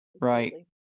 right